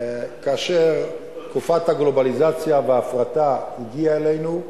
כאשר תקופת הגלובליזציה וההפרטה הגיעה אלינו,